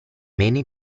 many